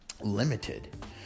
limited